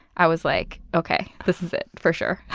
i was like, okay, this is it. for sure.